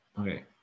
Okay